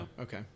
Okay